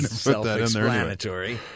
self-explanatory